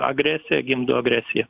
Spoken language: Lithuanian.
agresija gimdo agresiją